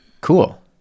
Cool